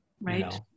Right